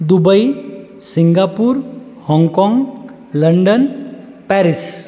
Dubai Singapore Hong Kong London Paris